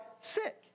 sick